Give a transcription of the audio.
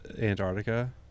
Antarctica